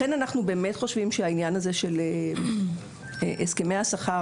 לכן אנחנו באמת חושבים שהסכמי השכר,